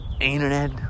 internet